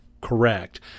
correct